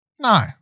No